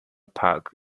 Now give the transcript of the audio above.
park